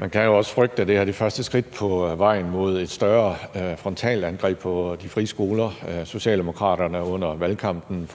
Man kan jo også frygte, at det her er første skridt på vejen mod et større frontalangreb på de frie skoler. Socialdemokraterne foreslog jo under valgkampen